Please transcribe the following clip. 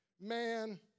man